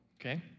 Okay